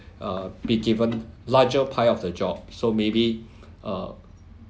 uh be given larger pie of the job so maybe uh